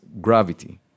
gravity